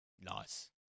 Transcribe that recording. Nice